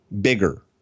bigger